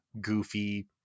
goofy